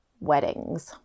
weddings